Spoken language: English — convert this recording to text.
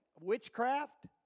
witchcraft